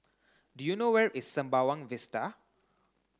do you know where is Sembawang Vista